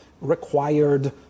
required